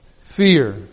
Fear